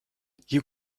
you